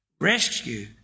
rescue